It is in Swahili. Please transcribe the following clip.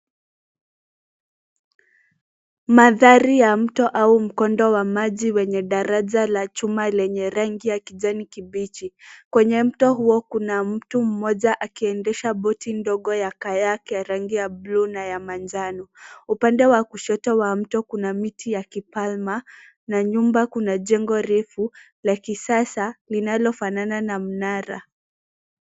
Mandari ya mto au mkondo wa maji wenye daraja la chuma lenye rangi ya kijani kibichi, kwenye mto huo kuna mtu mmoja akiendesha boat ndogo ya kayak ya rangi ya blue na ya majano, upande wa kushoto wa mto kuna miti ya kipalma na nyuma kuna jengo refu la kisasa linalofanana na mnara.